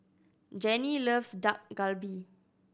Jennie loves Dak Galbi